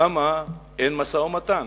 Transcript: למה אין משא-ומתן?